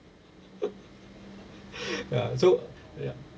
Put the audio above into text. ya so ya